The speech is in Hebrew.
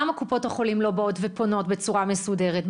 למה קופות החולים לא באות ופונות בצורה מסודרת?